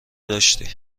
داشتی